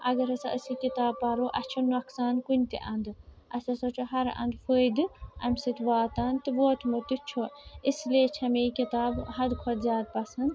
اگر ہسا أسۍ یہِ کِتاب پرو اسہِ چھُنہٕ نۄقصان کُنہِ تہِ اَنٛدٕ اسہِ ہسا چھُ ہر اَنٛدٕ فٲیدٕ اَمہِ سۭتۍ واتان تہٕ ووتمُت تہِ چھُ اس لیے چھِ مےٚ یہِ کِتاب حدٕ کھۄتہٕ زیادٕ پسنٛد